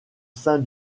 sein